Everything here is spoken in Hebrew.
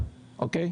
אוקיי?